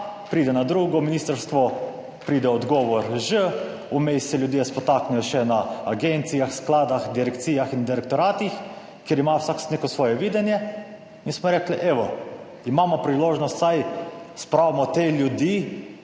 pride na drugo ministrstvo, pride odgovor ž, vmes se ljudje spotaknejo še na agencijah, skladih, direkcijah in direktoratih, kjer ima vsak neko svoje videnje in smo rekli, evo, imamo priložnost, vsaj spravimo te ljudi